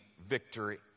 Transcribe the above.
victory